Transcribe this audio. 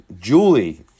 Julie